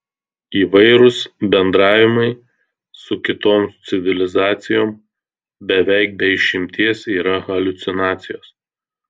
įvairūs bendravimai su kitom civilizacijom beveik be išimties yra haliucinacijos